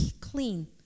clean